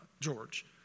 George